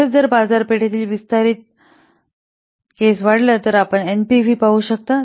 तसेच जर बाजारातील विस्तारित केस वाढला तर आपण एनपीव्ही पाहू शकता